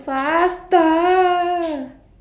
faster